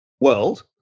world